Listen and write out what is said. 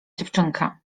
dziewczynka